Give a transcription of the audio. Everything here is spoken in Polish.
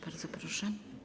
Bardzo proszę.